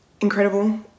incredible